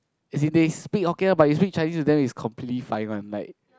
as in they speak Hokkien ah but you speak Chinese with them is completely fine one like